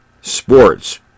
Sports